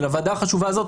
ולוועדה החשובה הזאת,